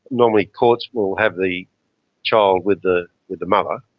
normally courts will have the child with the with the mother.